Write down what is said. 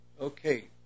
Okay